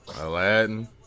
Aladdin